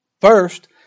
First